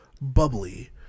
bubbly